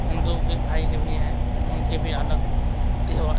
ہندو کے بھائی کے بھی ہیں ان کے بھی الگ تہوار